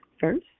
First